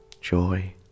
joy